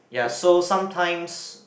ya so sometimes